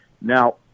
Now